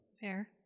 Fair